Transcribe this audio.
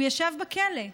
הוא ישב בכלא.